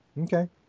Okay